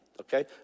okay